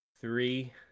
three